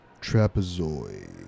trapezoid